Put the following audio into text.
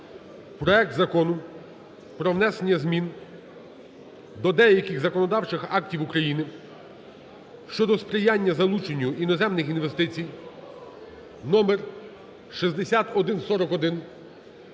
проект Закону про внесення змін до деяких законодавчих актів України щодо сприяння залученню іноземних інвестицій (№ 6141)